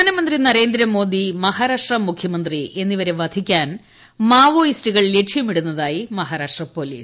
പ്രധാനമന്ത്രി നരേന്ദ്രമോദി മഹാരാഷ്ട്ര മുഖ്യമന്ത്രി എന്നിവരെ വധിക്കാൻ മാവോയിസ്റ്റുകൾ ലക്ഷ്യമിടു്നു്തായി മഹാരാഷ്ട്ര പോലീസ്